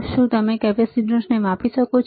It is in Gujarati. શું તમે કેપેસિટરને માપી શકો છો